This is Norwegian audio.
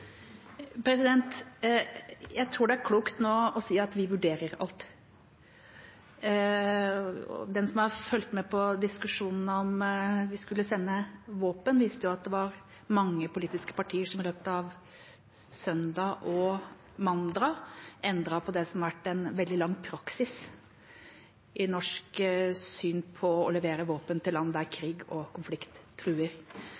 Jeg tror det er klokt nå å si at vi vurderer alt, og til den som har fulgt med på diskusjonen om hvorvidt vi skulle sende våpen: Den viste at det var mange politiske partier som i løpet av søndag og mandag endret på det som har vært en veldig lang praksis i det norske synet på å levere våpen til land der